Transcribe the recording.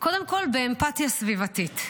קודם כול באמפתיה סביבתית,